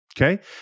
Okay